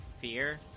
fear